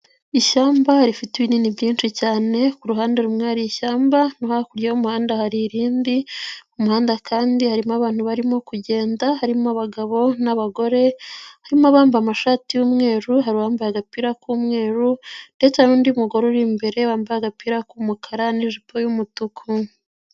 Ishyamba rifite ibinini byinshi cyane ku ruhande rumwe hari mu ishyamba no hakurya y'umuhanda hari irindi, mu muhanda kandi harimo abantu barimo kugenda, harimo abagabo n'abagore, harimo bambaye amashati y'umweru, harimo abambaye agapira k'umweru ndetse n'undi mugore uri imbere bambaye agapira k'umukara n'ijipo'umutuku.